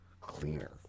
cleaner